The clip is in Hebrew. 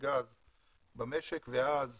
גז במשק, ואז